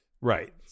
Right